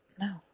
No